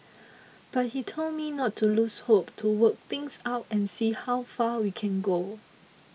but he told me not to lose hope to work things out and see how far we can go